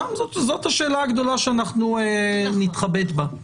שם זאת השאלה הגדולה שאנחנו נתחבט בה.